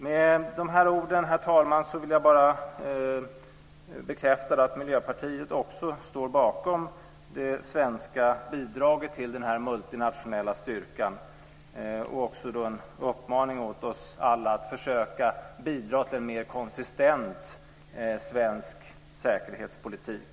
Med de här orden, herr talman, vill jag bara bekräfta att Miljöpartiet också står bakom det svenska bidraget till den här multinationella styrkan och rikta en uppmaning åt oss alla att försöka bidra till en mer konsistent svensk säkerhetspolitik.